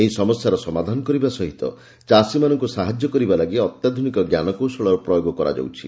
ଏହି ସମସ୍ୟାର ସମାଧାନ କରିବା ସହିତ ଚାଷୀମାନଙ୍କୁ ସାହାଯ୍ୟ କରିବା ଲାଗି ଅତ୍ୟାଧୁନିକ ଜ୍ଞାନକୌଶଳର ପ୍ରୟୋଗ କରାଯାଉଛି